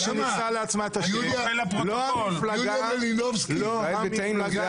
יוליה מלינובסקי היא הנציגה